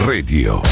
Radio